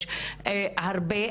יש הרבה,